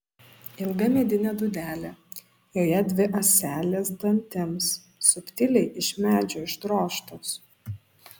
ilga medinė dūdelė joje dvi ąselės dantims subtiliai iš medžio išdrožtos